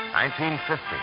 1950